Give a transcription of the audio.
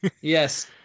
Yes